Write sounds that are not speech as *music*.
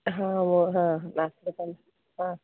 ହଁ ମୁଁ ହଁ *unintelligible* ହଁ